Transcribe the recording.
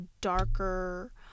darker